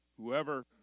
Whoever